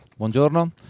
Buongiorno